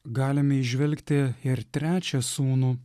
galime įžvelgti ir trečią sūnų